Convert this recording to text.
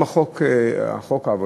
חברי הכנסת חיים כץ,